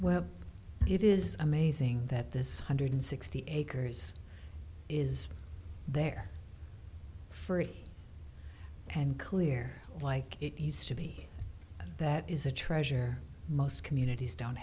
well it is amazing that this hundred sixty acres is there free and clear like it used to be that is a treasure most communities don't